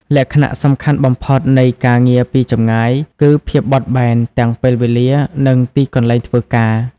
លក្ខណៈសំខាន់បំផុតនៃការងារពីចម្ងាយ គឺ ភាពបត់បែន ទាំងពេលវេលា និងទីកន្លែងធ្វើការ។